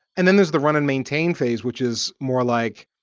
and then, there's the run and maintain phase which is more like,